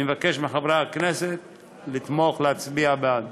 אני מבקש מחברי הכנסת לתמוך, להצביע בעד.